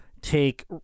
Take